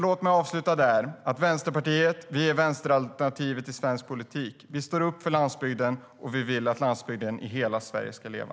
Låt mig avsluta där. Vänsterpartiet är vänsteralternativet i svensk politik. Vi står upp för landsbygden, och vi vill att landsbygden i hela Sverige ska leva.